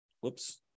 whoops